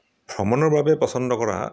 ভ্ৰমণৰ বাবে পচন্দ কৰা